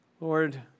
Lord